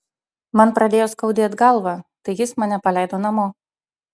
man pradėjo skaudėt galvą tai jis mane paleido namo